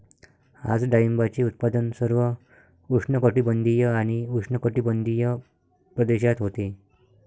आज डाळिंबाचे उत्पादन सर्व उष्णकटिबंधीय आणि उपउष्णकटिबंधीय प्रदेशात होते